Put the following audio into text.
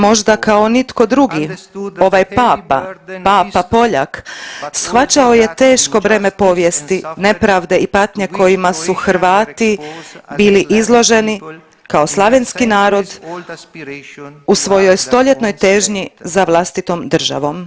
Možda kao nitko drugi ovaj papa, papa Poljak shvaćao je teško breme povijesti nepravde i patnje kojima su Hrvati bili izloženi kao slavenski narod u svojoj 100-ljetnoj težnji za vlastitom državom.